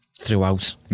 throughout